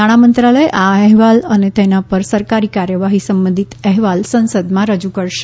નાણામંત્રાલય આ અહેવાલ અને તેના પર સરકારી કાર્યવાહી સંબંધિત હેવાલ સંસદમાં રજૂ કરશે